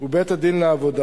ובית-הדין לעבודה: